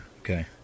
Okay